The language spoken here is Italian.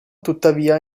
tuttavia